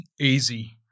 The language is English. easy